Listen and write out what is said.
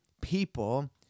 people